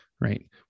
right